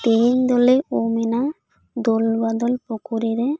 ᱛᱤᱦᱤᱧ ᱫᱚᱞᱮ ᱩᱢ ᱮᱱᱟ ᱫᱚᱞ ᱵᱟᱫᱚᱞ ᱯᱩᱠᱷᱩᱨᱤᱨᱮ